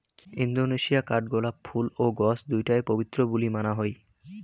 Indonesia কাঠগোলাপ ফুল ও গছ দুইটায় পবিত্র বুলি মানা হই